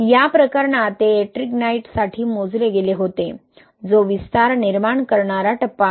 या प्रकरणात ते Ettringite साठी मोजले गेले होते जो विस्तार निर्माण करणारा टप्पा आहे